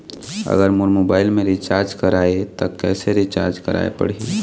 अगर मोर मोबाइल मे रिचार्ज कराए त कैसे कराए पड़ही?